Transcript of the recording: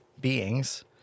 beings